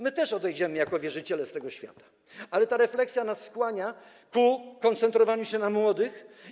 My też odejdziemy jako wierzyciele z tego świata, ale ta refleksja nas skłania ku koncentrowaniu się na młodych.